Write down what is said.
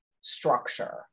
structure